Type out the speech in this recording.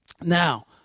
Now